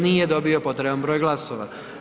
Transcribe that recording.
Nije dobio potreban broj glasova.